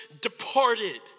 departed